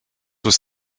was